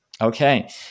okay